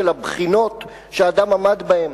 של הבחינות שאדם עמד בהן.